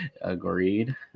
Agreed